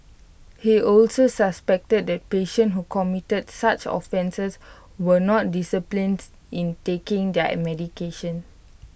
he also suspected that patients who committed such offences were not disciplines in taking their medication